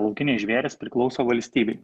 laukiniai žvėrys priklauso valstybei